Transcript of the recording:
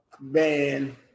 Man